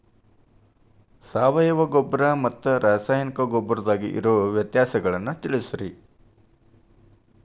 ಸಾವಯವ ಗೊಬ್ಬರ ಮತ್ತ ರಾಸಾಯನಿಕ ಗೊಬ್ಬರದಾಗ ಇರೋ ವ್ಯತ್ಯಾಸಗಳನ್ನ ತಿಳಸ್ರಿ